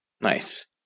Nice